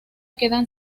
quedan